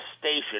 station